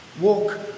Walk